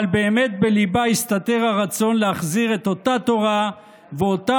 אבל באמת בליבה הסתתר הרצון להחזיר את אותה תורה ואותה